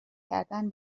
کردن